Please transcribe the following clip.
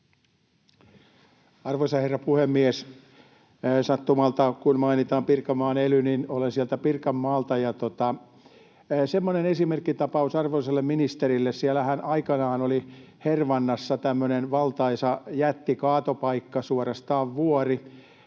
Arvoisa herra puhemies! Sattumalta, kun mainitaan Pirkanmaan ely, niin olen sieltä Pirkanmaalta, ja semmoinen esimerkkitapaus arvoisalle ministerille. Siellähän aikanaan oli Hervannassa tämmöinen valtaisa jättikaatopaikka, suorastaan vuori.